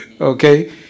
Okay